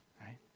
right